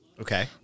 Okay